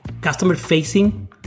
customer-facing